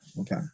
Okay